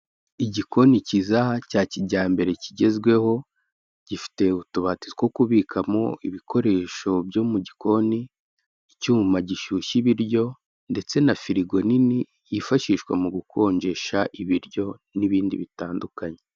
Igikoni kiza cya kijyambere kigezweho, gifite utubati two kubikamo ibikoresho byo mu gikoni, icyuma gishyushya ibiryo, ndetse na firigo nini yifashishwa mu gukonjesha ibiryo n'ibindi bitandukanye.